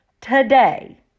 today